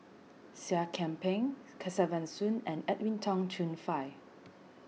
Seah Kian Peng Kesavan Soon and Edwin Tong Chun Fai